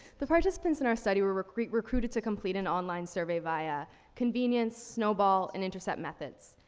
the participants in our study were recr recruited to complete an online survey via convenience, snow ball, and intercept methods.